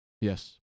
yes